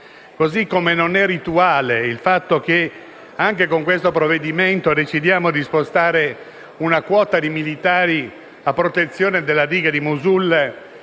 Così come non è rituale il fatto che, anche con questo provvedimento, decidiamo di spostare una quota di militari a protezione della diga di Mossul